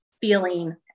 feeling